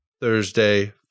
Thursday